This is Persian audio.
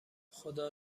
خدا